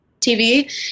tv